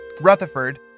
Rutherford